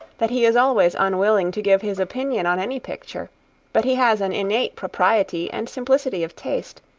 that he is always unwilling to give his opinion on any picture but he has an innate propriety and simplicity of taste,